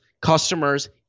customers